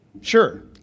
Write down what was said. Sure